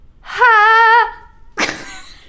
Ha